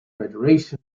federation